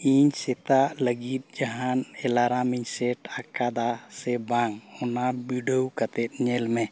ᱤᱧ ᱥᱮᱛᱟᱜ ᱞᱟᱹᱜᱤᱫ ᱡᱟᱦᱟᱱ ᱮᱞᱟᱨᱢ ᱤᱧ ᱥᱮᱴ ᱟᱠᱟᱫᱟ ᱥᱮ ᱵᱟᱝ ᱚᱱᱟ ᱵᱤᱰᱟᱹᱣ ᱠᱟᱛᱮᱫ ᱧᱮᱞ ᱢᱮ